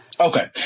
Okay